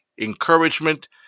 encouragement